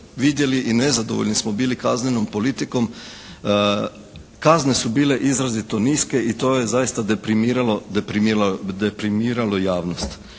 vidjeli i nezadovoljni smo bili kaznenom politikom. Kazne su bile izrazito niske i to je zaista deprimiralo,